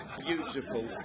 beautiful